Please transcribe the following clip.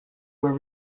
were